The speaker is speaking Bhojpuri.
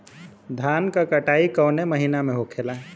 धान क कटाई कवने महीना में होखेला?